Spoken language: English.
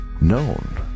known